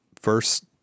first